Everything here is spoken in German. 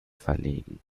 verlegen